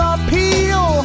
appeal